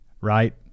right